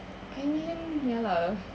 I mean ya lah